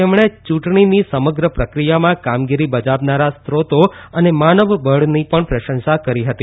તેમણે ચુંટણીની સમગ્ર પ્રક્રિયામાં કામગીરી બજાવનારા સ્રોતો અને માનવબળની પણ પ્રશંસા કરી હતી